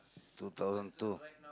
two thousand two